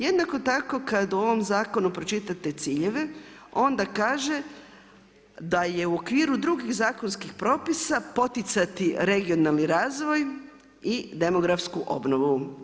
Jednako tako, kad u ovom zakonu pročitate ciljeve onda kaže da je u okviru drugih zakonskih propisa poticati regionalni razvoj i demografsku obnovu.